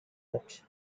that